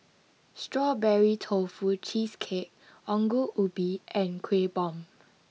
Strawberry Tofu Cheesecake Ongol Ubi and Kueh Bom